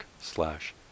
slash